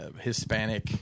Hispanic